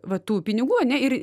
va tų pinigų ir